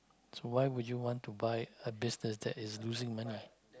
so why would you want to buy a business that is losing money